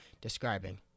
describing